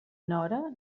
nora